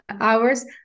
hours